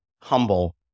humble